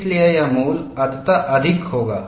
इसलिए यह मूल्य अंततः अधिक होगा